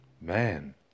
Man